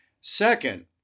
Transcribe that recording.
second